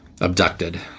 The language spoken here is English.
abducted